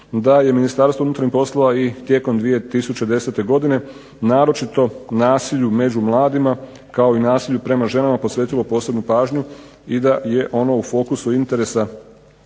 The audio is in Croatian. da je Ministarstvo unutarnjih poslova i tijekom 2010. godine naročito nasilju među mladima, kao i nasilju prema ženama posvetilo posebnu pažnju i da je ono u fokusu interesa